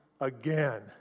again